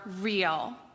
real